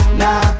nah